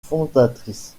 fondatrices